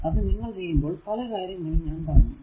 അത്ചെയ്യുമ്പോൾ പല കാര്യങ്ങൾ ഞാൻ പറഞ്ഞു